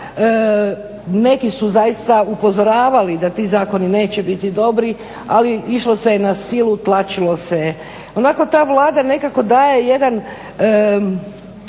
neki su upozoravali da ti zakoni neće biti dobri, ali išlo se je na silu tlačilo se je. onako ta Vlada daje jednu